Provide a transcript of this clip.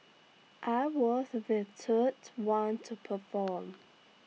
I was the third one to perform